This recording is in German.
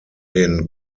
den